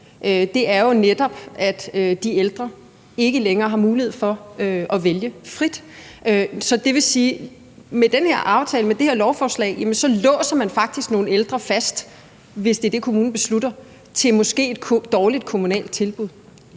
her, er jo netop, at de ældre ikke længere har mulighed for at vælge frit. Det vil sige, at med den her aftale, med det her lovforslag, låser man faktisk nogle ældre fast, hvis det er det, kommunen beslutter, i et måske dårligt kommunalt tilbud.